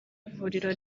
ivuriro